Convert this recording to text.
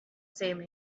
same